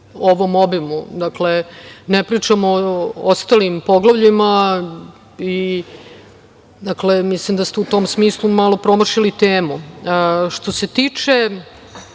ovom obimu. Dakle, ne pričamo o ostalim poglavljima. Mislim da ste u tom smislu malo promašili temu. Što se tiče